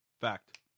Fact